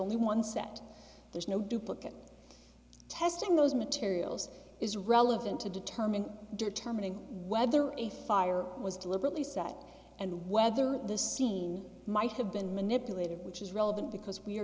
only one set there's no duplicate testing those materials is relevant to determine determining whether a fire was deliberately set and whether the scene might have been manipulated which is relevant because we